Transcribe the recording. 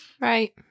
Right